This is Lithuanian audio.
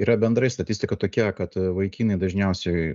yra bendrai statistika tokia kad vaikinai dažniausiai